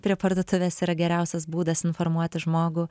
prie parduotuvės yra geriausias būdas informuoti žmogų